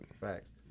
Facts